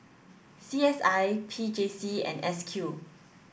C S I P J C and S Q